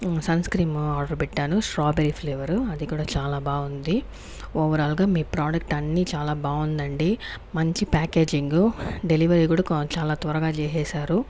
sun scream order పెట్టాను strawberry flavour అది కూడా చాలా బాగుంది ఓవరాల్ గా మీ ప్రాడక్ట్ అన్ని చాలా బాగుందండి మంచి ప్యాకేజింగు డెలివరీ కూడా కొన్ చాలా త్వరగా చేసేశారు